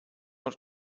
not